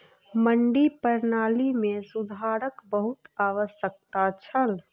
मंडी प्रणाली मे सुधारक बहुत आवश्यकता छल